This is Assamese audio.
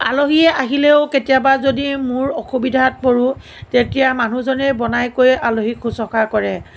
আলহী আহিলেও কেতিয়াবা যদি মোৰ অসুবিধাত পৰোঁ তেতিয়া মানুহজনেই বনাই কৰি আলহীক শুশ্ৰূষা কৰে